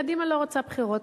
קדימה לא רוצה בחירות.